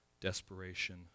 desperation